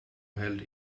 held